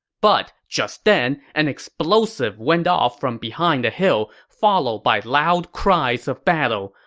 but just then, an explosive went off from behind a hill, followed by loud cries of battle.